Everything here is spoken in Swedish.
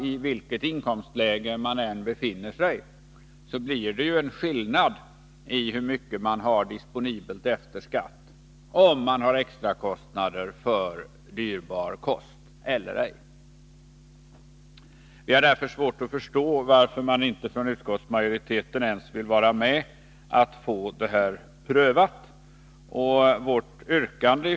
I vilket inkomstläge man än befinner sig blir ju det belopp man har disponibelt efter skatt beroende av om man har extrakostnader för dyrbar kost eller ej. Vi har därför svårt att förstå varför man från utskottsmajoritetens sida inte ens vill vara med om att få detta prövat.